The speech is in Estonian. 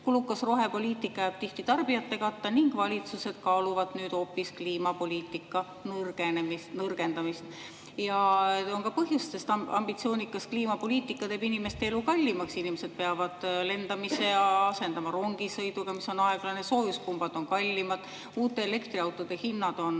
Kulukas rohepoliitika jääb tihti tarbijate katta ning valitsused kaaluvad nüüd hoopis kliimapoliitika nõrgendamist. Ja on ka põhjust, sest ambitsioonikas kliimapoliitika teeb inimeste elu kallimaks ja inimesed peavad lendamise asendama rongisõiduga, mis on aeglane. Soojuspumbad on kallimad, uute elektriautode hinnad on